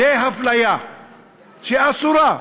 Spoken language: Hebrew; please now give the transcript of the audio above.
זו אפליה שהיא אסורה.